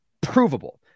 provable